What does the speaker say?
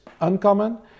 uncommon